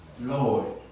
Lord